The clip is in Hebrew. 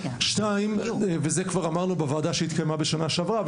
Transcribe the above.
שתיים וזה כבר אמרנו בוועדה שהתקיימה בשנה שעברה,